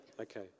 okay